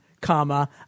comma